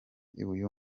uyu